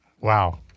Wow